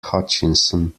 hutchinson